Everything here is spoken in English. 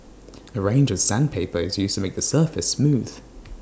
A range of sandpaper is used to make the surface smooth